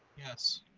yes.